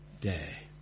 day